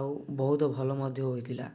ଆଉ ବହୁତ ଭଲ ମଧ୍ୟ ହୋଇଥିଲା